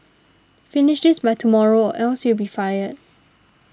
finish this by tomorrow or else you'll be fired